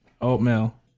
Oatmeal